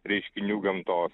reiškinių gamtos